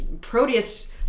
Proteus